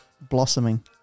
blossoming